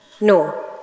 No